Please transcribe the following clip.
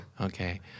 Okay